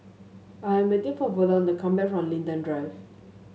I am waiting for Verlon to come back from Linden Drive